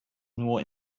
nur